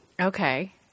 Okay